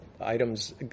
items